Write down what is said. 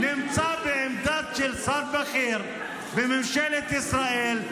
והוא נמצא בעמדה של שר בכיר בממשלת ישראל.